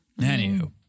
Anywho